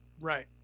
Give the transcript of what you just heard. Right